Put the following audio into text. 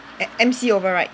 M~ M_C overrights